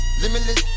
limitless